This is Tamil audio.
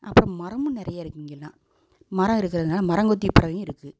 அப்றம் மரமும் நிறைய இருக்குது இங்கலாம் மரம் இருக்கறதுனால் மரம்கொத்தி பறவையும் இருக்குது